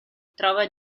trova